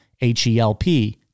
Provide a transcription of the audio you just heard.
H-E-L-P